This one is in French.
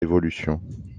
évolution